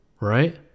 right